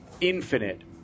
infinite